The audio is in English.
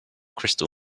crystal